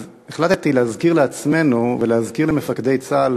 אז החלטתי להזכיר לעצמנו ולהזכיר למפקדי צה"ל